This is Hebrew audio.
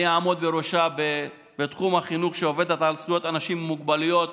אעמוד בראשה בתחום החינוך ובנושא זכויות אנשים עם מוגבלויות